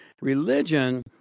Religion